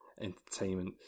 Entertainment